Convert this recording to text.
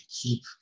keep